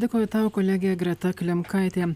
dėkoju tau kolegė greta klimkaitė